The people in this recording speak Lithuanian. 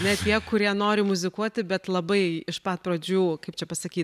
ne tie kurie nori muzikuoti bet labai iš pat pradžių kaip čia pasakyt